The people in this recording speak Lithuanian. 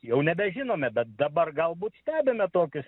jau nebežinome bet dabar galbūt stebime tokius